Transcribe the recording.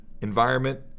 environment